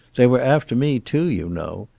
they were after me, too, you know.